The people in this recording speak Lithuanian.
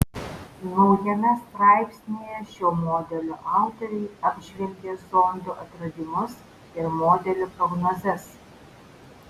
naujame straipsnyje šio modelio autoriai apžvelgia zondo atradimus ir modelio prognozes